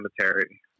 cemetery